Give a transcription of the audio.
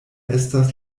estas